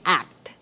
act